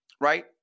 Right